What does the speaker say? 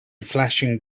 flashing